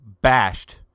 Bashed